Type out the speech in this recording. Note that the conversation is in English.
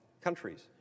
countries